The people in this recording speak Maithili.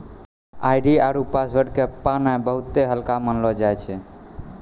आई.डी आरु पासवर्ड के पाना बहुते हल्का मानलौ जाय छै